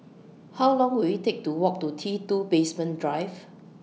How Long Will IT Take to Walk to T two Basement Drive